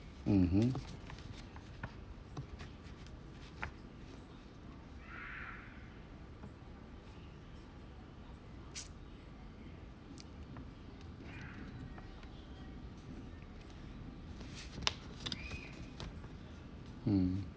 mmhmm mm